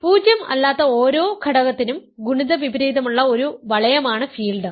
പൂജ്യം അല്ലാത്ത ഓരോ ഘടകത്തിനും ഗുണിത വിപരീതമുള്ള ഒരു വളയമാണ് ഫീൽഡ്